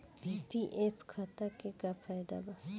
PPF खाता के का फायदा बा?